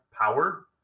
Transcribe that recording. power